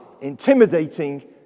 intimidating